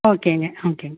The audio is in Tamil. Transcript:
ஓகேங்க ஓகேங்க